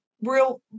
real